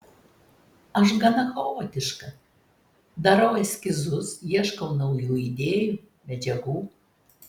aš gana chaotiška darau eskizus ieškau naujų idėjų medžiagų